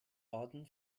baden